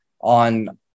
on